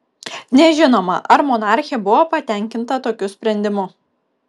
nežinoma ar monarchė buvo patenkinta tokiu sprendimu